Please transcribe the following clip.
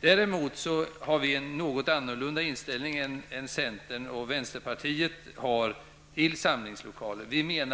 Däremot har vi en något annorlunda inställning än centern och vänsterpartiet till allmänna samlingslokaler. Vi